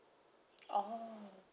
oh